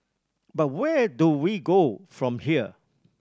but where do we go from here